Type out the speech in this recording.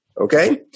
Okay